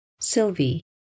Sylvie